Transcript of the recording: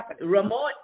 remote –